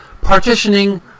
partitioning